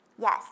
Yes